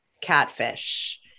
catfish